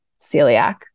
celiac